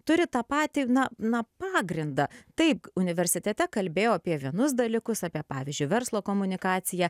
turi tą patį na na pagrindą taip universitete kalbėjau apie vienus dalykus apie pavyzdžiui verslo komunikaciją